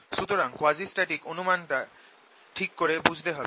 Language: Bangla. সুতরাং কোয়াজিস্ট্যাটিক অনুমানটা ঠিক করে বুঝতে হবে